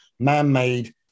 man-made